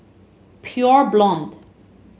Pure Blonde